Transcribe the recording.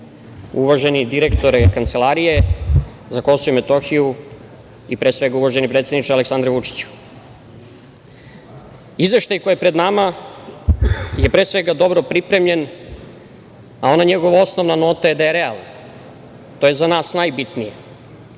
uvaženi direktore Kancelarije za Kosovo i Metohiju i pre svega uvaženi predsedniče Aleksandre Vučiću, izveštaj koji je pred nama je pre svega dobro pripremljen, a ona njegova osnovna nota je da je realan. To je za nas najbitnije. Ono